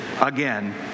again